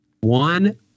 One